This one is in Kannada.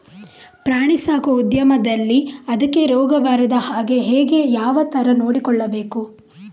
ಪ್ರಾಣಿ ಸಾಕುವ ಉದ್ಯಮದಲ್ಲಿ ಅದಕ್ಕೆ ರೋಗ ಬಾರದ ಹಾಗೆ ಹೇಗೆ ಯಾವ ತರ ನೋಡಿಕೊಳ್ಳಬೇಕು?